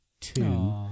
two